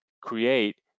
create